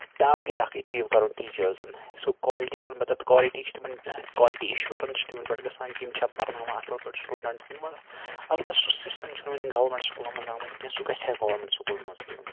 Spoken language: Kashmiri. ٹارگیٚٹ اکھ ایچیٖو کَرُن ٹیٖچٲرزن سُہ کولٹی وَنہٕ بہٕ تَتھ کولٹی چھِ تِمن کولٹی ایشورَنس چھِ تِمن بَڑٕ گژھان کہِ یم چھا پَرناوان اَصٕل پٲٹھۍ سٹوٗڈںڈ کِنہٕ البتہ سُہ سِسٹم چھُنہٕ ؤنہِ گورمینٹ سکوٗلن منٛز آمُت کیٚنہہ سُہ گژھِ گورمینٹ سکوٗلن منٛز تہِ یُن